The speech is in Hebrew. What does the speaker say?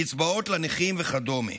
קצבאות לנכים וכדומה.